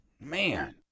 Man